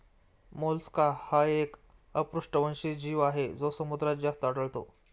Mollusca हा एक अपृष्ठवंशी जीव आहे जो समुद्रात जास्त आढळतो